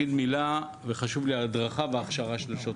חשובות לי ההדרכה וההכשרה של שוטרים.